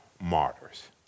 martyrs